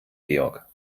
georg